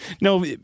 No